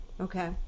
Okay